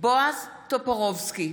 בועז טופורובסקי,